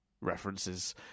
references